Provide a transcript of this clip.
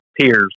peers